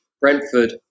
Brentford